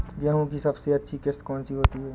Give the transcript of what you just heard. गेहूँ की सबसे अच्छी किश्त कौन सी होती है?